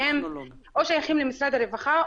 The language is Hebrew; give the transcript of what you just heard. שהם או שייכים למשרד הרווחה,